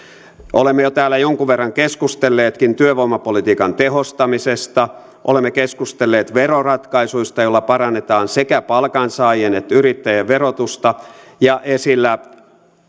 olemme jo täällä jonkun verran keskustelleetkin työvoimapolitiikan tehostamisesta olemme keskustelleet veroratkaisuista joilla parannetaan sekä palkansaajien että yrittäjien verotusta ja esillä